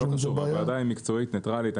זו ועדה מקצועית, נטרלית.